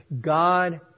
God